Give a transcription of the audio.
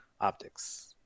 optics